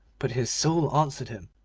but his soul answered him,